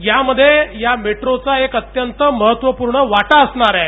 या मध्ये या मोट्रोचा एक अत्यंत महत्वपूर्ण वाटा असणार आहे